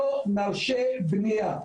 לא נרשה בנייה.